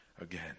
again